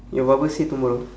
your barber say tomorrow